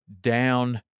Down